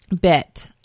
bit